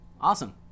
Awesome